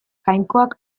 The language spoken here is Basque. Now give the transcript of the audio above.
jainkoak